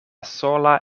sola